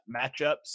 matchups